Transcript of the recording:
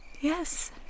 Yes